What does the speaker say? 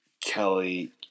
Kelly